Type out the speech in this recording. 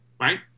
Right